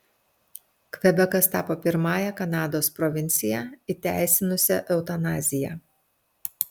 kvebekas tapo pirmąja kanados provincija įteisinusia eutanaziją